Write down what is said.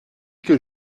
que